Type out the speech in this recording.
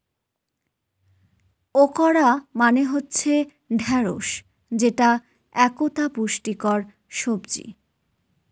okra মানে হচ্ছে ঢ্যাঁড়স যেটা একতা পুষ্টিকর সবজি